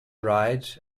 rides